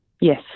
yes